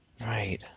Right